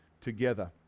together